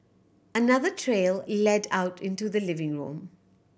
another trail led out into the living room